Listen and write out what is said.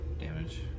damage